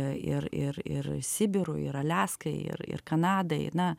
ir ir ir sibirui ir aliaskai ir ir kanadai na